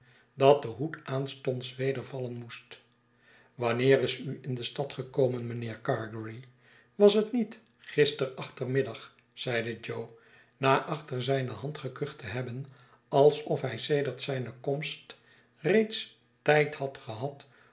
dat de hoed aanstonds weder vallen moest wanneer is u in de stad gekomen mijnheer gargery was het niet gister achtermiddag zeide jo na achter zijne hand gekucht te hebben alsof hij sedert zijne komst reeds tijd had gehad